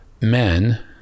men